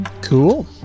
Cool